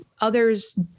others